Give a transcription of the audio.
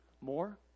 more